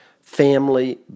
family